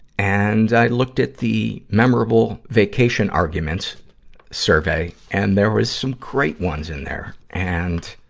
and i looked at the memorable vacation arguments survey, and there was some great ones in there. and,